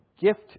gift